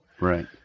Right